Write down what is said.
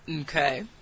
Okay